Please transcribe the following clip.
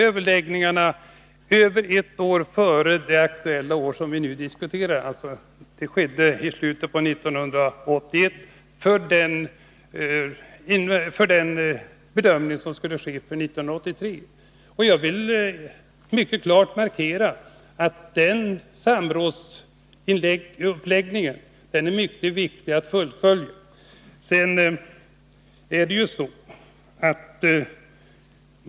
Överläggningar ägde rum i slutet av 1981, alltså mer än ett år före det år som vi nu diskuterar, nämligen 1983. Jag vill klart deklarera att det är mycket viktigt att fullfölja den samrådsuppläggningen.